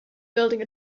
building